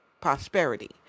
prosperity